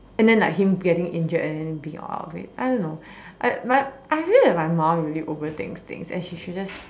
and then like him getting injured and then being all out of it I don't know I but I feel that my mom really overthinks things and she should just